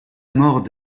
mort